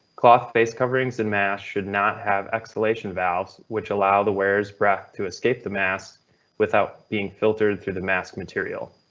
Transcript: cloth based coverings and masks should not have exhalation valves which allow the wearers breath to escape the mask without being filtered through the mask material.